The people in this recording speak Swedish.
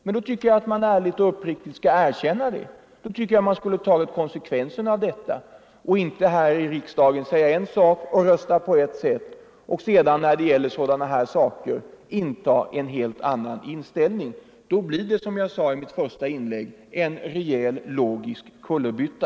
Men då tycker jag att man ärligt och uppriktigt skall erkänna det och ta konsekvenserna. Om man säger en sak och röstar på ett sätt här i kammaren och sedan visar en helt annan inställning till hela frågan, då gör man, som jag sade i mitt förra inlägg, en logisk kullerbytta.